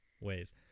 ways